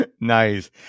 Nice